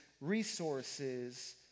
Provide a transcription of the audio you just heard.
resources